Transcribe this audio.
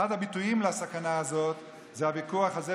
אחד הביטויים לסכנה הזאת הוא הוויכוח הזה,